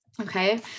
Okay